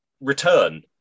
return